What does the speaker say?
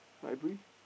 library